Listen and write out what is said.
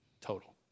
total